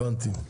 הבנתי.